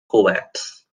kovacs